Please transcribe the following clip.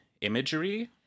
imagery